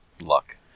luck